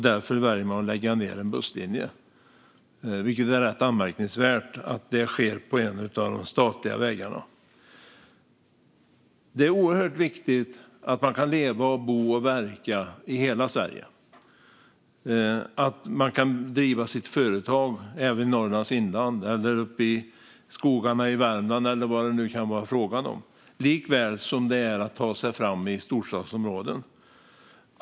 Därför väljer man att lägga ned en busslinje. Det är anmärkningsvärt att detta sker på en av de statliga vägarna. Det är oerhört viktigt att man kan leva, bo och verka i hela Sverige. Man ska kunna driva sitt företag även i Norrlands inland eller uppe i Värmlands skogar. Det är lika viktigt som att man ska kunna ta sig fram i storstadsområden.